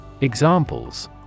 Examples